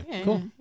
Cool